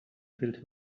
filled